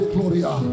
Gloria